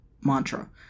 mantra